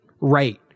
Right